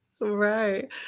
Right